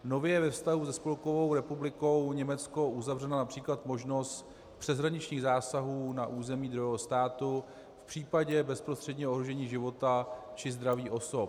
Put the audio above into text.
Nově je ve vztahu se Spolkovou republikou Německo uzavřena například možnost přeshraničních zásahů na území druhého státu v případě bezprostředního ohrožení života či zdraví osob.